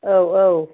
औ औ